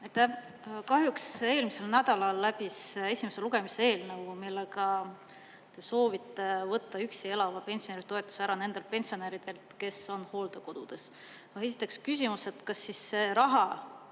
Kahjuks eelmisel nädalal läbis esimese lugemise eelnõu, millega te soovite võtta üksi elava pensionäri toetuse ära nendelt pensionäridelt, kes on hooldekodudes. Esiteks küsimus: kas see raha,